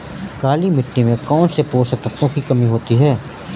काली मिट्टी में कौनसे पोषक तत्वों की कमी होती है?